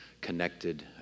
connected